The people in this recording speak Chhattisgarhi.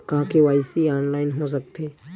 का के.वाई.सी ऑनलाइन हो सकथे?